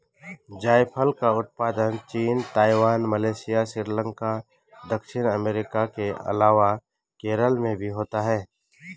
जायफल का उत्पादन चीन, ताइवान, मलेशिया, श्रीलंका, दक्षिण अमेरिका के अलावा केरल में भी होता है